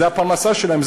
זו הפרנסה שלהן,